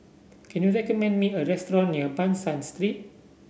can you recommend me a restaurant near Ban San Street